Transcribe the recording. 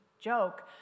joke